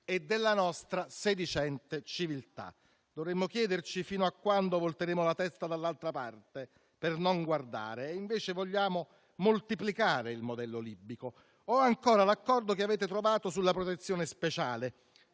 e della nostra sedicente civiltà. Dovremmo chiederci fino a quando volteremo la testa dall'altra parte per non guardare. E invece vogliamo moltiplicare il modello libico o ancora l'accordo che avete trovato sulla protezione speciale.